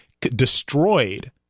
destroyed